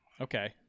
Okay